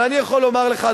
אבל אני יכול לומר לך,